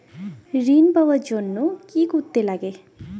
ঋণ পাওয়ার জন্য কি কি করতে লাগে?